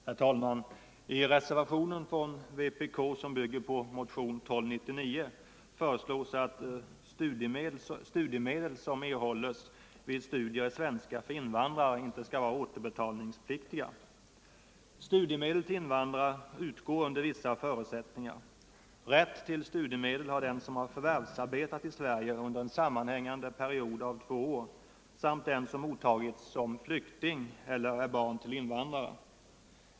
Herr talman! I reservationen från vpk som bygger på motionen 1299 föreslås att studiemedel som erhålles vid studier i svenska för invandrare skall vara icke återbetalningspliktiga. Studiemedel till invandrare utgår under vissa förutsättningar. Rätt till studiemedel har den som förvärvsarbetat i Sverige under en sammanhängande period av två år samt den som mottagits som flykting eller är barn till invandrare.